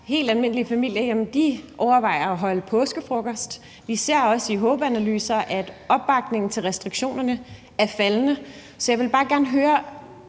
helt almindelige familier, at de overvejer at holde påskefrokost, og vi ser også i HOPE-analyser, at opbakningen til restriktionerne er faldende. Så vil jeg bare gerne høre